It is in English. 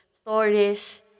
stories